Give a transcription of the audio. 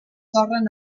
torren